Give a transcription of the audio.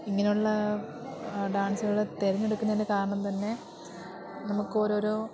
ഇങ്ങനെയുള്ള ഡാൻസുകള് തെരഞ്ഞെടുക്കുന്നതിൻ്റെ കാരണം തന്നെ നമുക്ക് ഓരോരോ